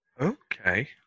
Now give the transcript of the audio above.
okay